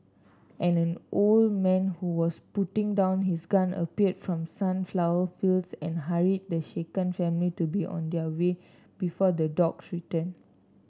an old man who was putting down his gun appeared from sunflower fields and hurried the shaken family to be on their way before the dogs return